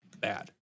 bad